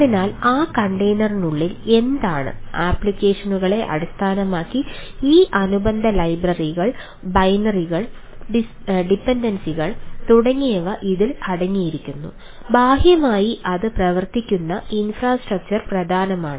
അതിനാൽ ആ കണ്ടെയ്നർ പ്രധാനമാണ്